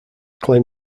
claim